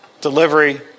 delivery